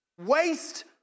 waste